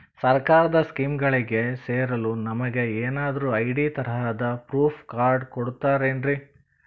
ಸರ್ಕಾರದ ಸ್ಕೀಮ್ಗಳಿಗೆ ಸೇರಲು ನಮಗೆ ಏನಾದ್ರು ಐ.ಡಿ ತರಹದ ಪ್ರೂಫ್ ಕಾರ್ಡ್ ಕೊಡುತ್ತಾರೆನ್ರಿ?